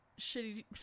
shitty